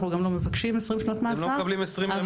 אנחנו גם לא מבקשים 20 שנות מאסר -- הם לא מקבלים 20 ימים.